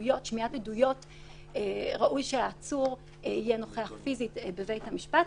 ששמיעת עדויות ראוי שהעצור יהיה נוכח פיזית בבית המשפט.